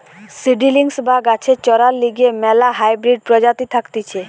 seedlings বা গাছের চরার লিগে ম্যালা হাইব্রিড প্রজাতি থাকতিছে